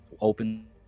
open